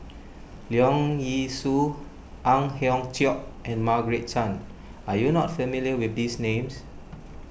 Leong Yee Soo Ang Hiong Chiok and Margaret Chan are you not familiar with these names